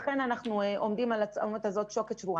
אנחנו עומדים מול שוקת שבורה.